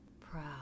Proud